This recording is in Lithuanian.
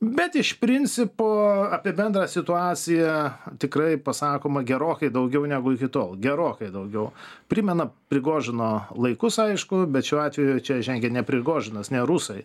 bet iš principo apie bendrą situaciją tikrai pasakoma gerokai daugiau negu iki tol gerokai daugiau primena prigožino laikus aišku bet šiuo atveju čia žengia ne prigožinas ne rusai